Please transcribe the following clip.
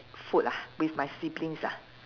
food ah with my siblings ah